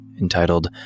entitled